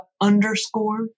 underscore